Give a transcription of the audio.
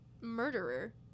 Murderer